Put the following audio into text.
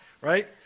right